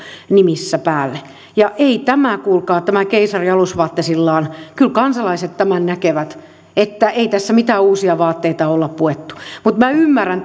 nimissä päälle ei kuulkaa tämä keisari alusvaatteisillaan kyllä kansalaiset tämän näkevät että ei tässä mitään uusia vaatteita olla puettu mutta minä ymmärrän